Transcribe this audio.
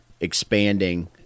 expanding